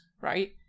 right